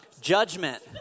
Judgment